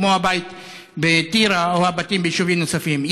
כמו הבית בטירה והבתים ביישובים נוספים.